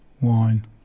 wine